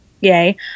yay